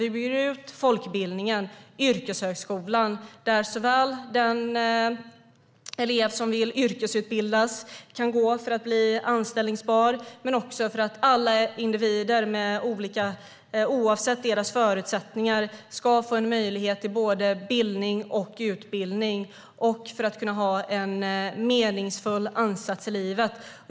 Vi bygger ut folkbildningen och yrkeshögskolan, där den elev som vill yrkesutbildas kan gå för att bli anställbar. Vi gör det också för att alla individer oavsett deras förutsättningar ska få möjlighet till både bildning och utbildning och kunna ha en meningsfull ansats i livet.